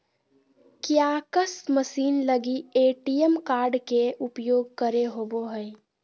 kiosk machine लगी ATM card के उपयोग करे होबो हइ